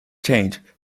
change